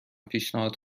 پیشنهاد